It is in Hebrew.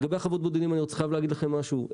לגבי חוות בודדים, אני חייב להגיד לכם משהו.